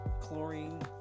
chlorine